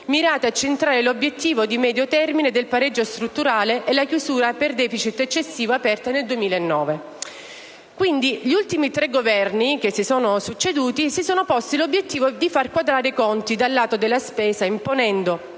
mirate a centrare l'obiettivo di medio termine del pareggio strutturale e la chiusura della procedura per *deficit* eccessivo aperta nel 2009». Pertanto, gli ultimi tre Governi che si sono succeduti si sono posti l'obiettivo di far quadrare i conti dal lato della spesa, imponendo